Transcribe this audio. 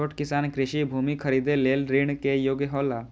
छोट किसान कृषि भूमि खरीदे लेल ऋण के योग्य हौला?